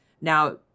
Now